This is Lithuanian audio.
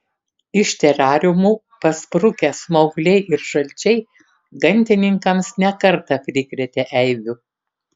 iš terariumų pasprukę smaugliai ir žalčiai gamtininkams ne kartą prikrėtė eibių